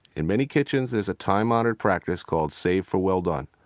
in many kitchens, there's a time-honored practice called save for well-done.